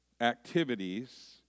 activities